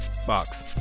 Fox